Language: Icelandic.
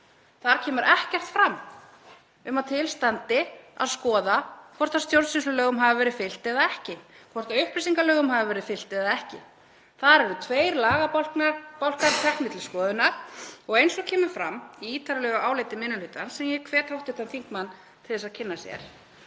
Þar kemur ekkert fram um að til standi að skoða hvort stjórnsýslulögum hafi verið fylgt eða ekki, hvort upplýsingalögum hafi verið fylgt eða ekki. Þar eru tveir lagabálkar teknir til skoðunar og eins og kemur fram í ítarlegu áliti minni hlutans, sem ég hvet hv. þingmann til að kynna sér,